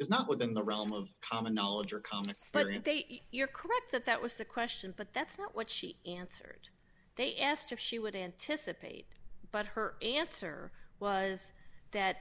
is not within the realm of common knowledge or common but you're correct that that was the question but that's not what she answered they asked if she would anticipate but her answer was that